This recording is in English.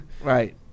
right